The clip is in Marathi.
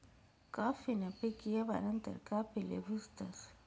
काफी न पीक येवा नंतर काफीले भुजतस